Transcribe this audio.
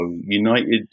United